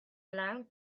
alarm